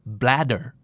bladder